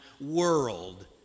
world